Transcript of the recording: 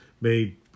made